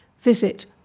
Visit